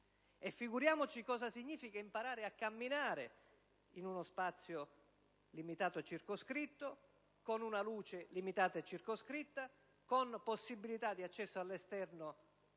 Immaginiamo cosa possa significare imparare a camminare in uno spazio limitato e circoscritto, con una luce ridotta e con possibilità di accesso all'esterno